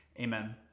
Amen